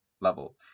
level